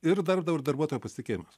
ir darbdavio ir darbuotojo pasitikėjimas